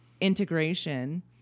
integration